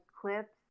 clips